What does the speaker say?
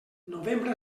novembre